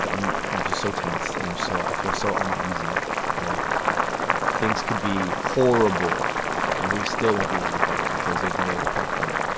i'm i'm just so tense and i'm so i feel so uneasy like things could be horrible and we still won't be ready for it because there's no way to prep for it